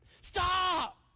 Stop